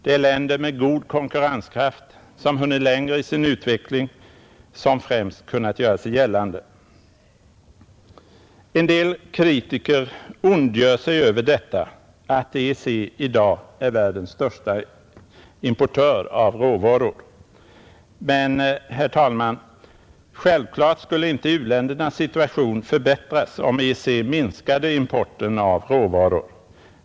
Det är länder med god konkurrenskraft, som hunnit längre i sin utveckling, som främst kunnat göra sig gällande, En del kritiker ondgör sig också över att EEC i dag är världens största importör av råvaror. Men, herr talman, självklart skulle inte u-ländernas situation i”rbättras om EEC minskade importen av råvaror.